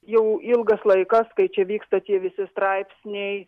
jau ilgas laikas kai čia vyksta tie visi straipsniai